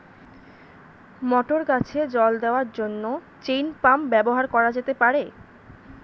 মটর গাছে জল দেওয়ার জন্য চেইন পাম্প ব্যবহার করা যেতে পার?